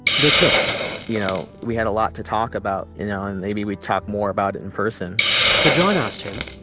they clicked you know, we had a lot to talk about, you know, and maybe we'd talk more about it in person so john asked him.